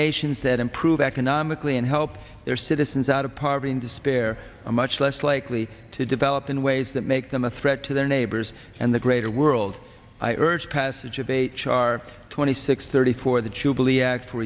nations that improve economically and help their citizens out of poverty and despair are much less likely to develop in ways that make them a threat to their neighbors and the greater world i urge passage of a char twenty six thirty four the